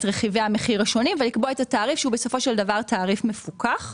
רכיבי המחיר השונים ולקבוע את התעריף שהוא בסופו של דבר תעריף מפוקח.